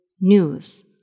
news